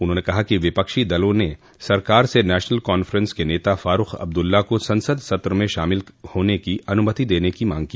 उन्होंने कहा कि विपक्षी दलों ने सरकार से नेशनल कांफ्रेंस के नेता फारूख अब्दुल्ला को संसद सत्र में शामिल होने की अनुमति देने की मांग की